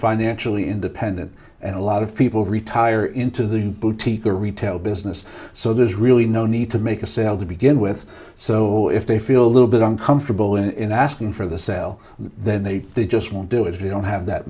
financially independent and a lot of people retire into the boutique or retail business so there's really no need to make a sale to begin with so if they feel a little bit uncomfortable in asking for the sale then they just won't do it if you don't have that